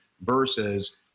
versus